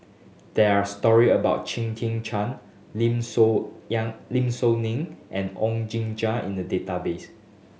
there are story about Chia Tee Chiak Lim Soo Lim Soo Ngee and Oon Jin Gee in the database